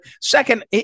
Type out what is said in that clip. second